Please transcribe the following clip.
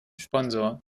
sponsor